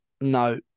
No